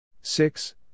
Six